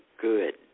good